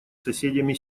соседями